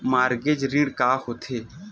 Mortgage ऋण का होथे?